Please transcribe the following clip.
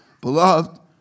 beloved